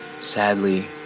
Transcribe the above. Sadly